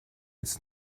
its